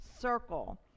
circle